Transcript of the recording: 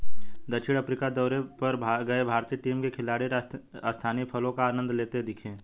दक्षिण अफ्रीका दौरे पर गए भारतीय टीम के खिलाड़ी स्थानीय फलों का आनंद लेते दिखे